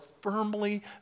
firmly